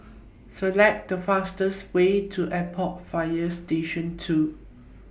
Select The fastest Way to Airport Fire Station two